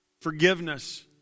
forgiveness